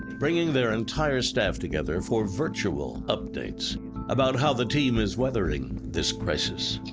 bringing their entire staff together for virtual updates about how the team is weathering this crisis.